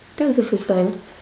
that was the first time